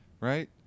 right